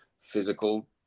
physical